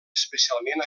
especialment